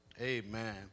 Amen